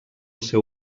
seu